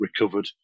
recovered